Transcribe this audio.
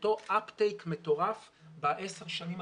אותו אפ טייק מטורף ב-10 השנים הקרובות,